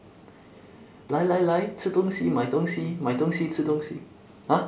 来来来吃东西买东西买东西吃东西 !huh!